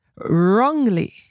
wrongly